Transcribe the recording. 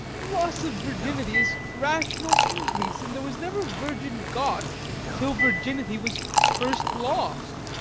loss of virginity is rational increase and there was never virgin got till virginity was first lost.